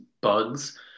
bugs